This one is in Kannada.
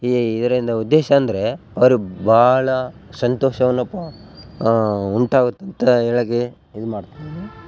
ಈ ಇದರಿಂದ ಉದ್ದೇಶ ಅಂದರೆ ಅವರು ಭಾಳಾ ಸಂತೋಷವನ್ನು ಉಂಟಾಗುತಂತ ಹೇಳೋಕೆ ಇದು ಮಾಡ್ತಾರೆ